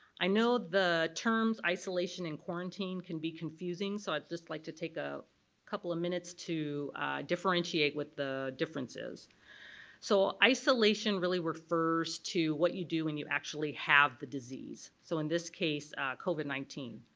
i know the terms isolation and quarantine can be confusing so i'd just like to take a couple of minutes to differentiate with the differences is. so isolation really refers to what you do and you actually have the disease. so in this case covid nineteen.